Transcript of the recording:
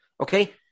Okay